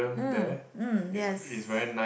mm mm yes